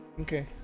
Okay